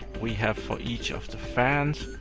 we have for each of the fans.